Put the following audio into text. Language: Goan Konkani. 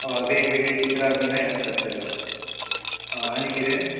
हय वेगवेगळी चित्रा बिन आसतात तेका हय आनीक कितें